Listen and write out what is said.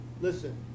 Listen